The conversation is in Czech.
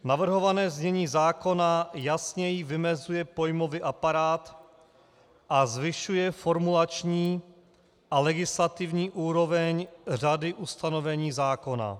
Navrhované znění zákona jasněji vymezuje pojmový aparát a zvyšuje formulační a legislativní úroveň řady ustanovení zákona.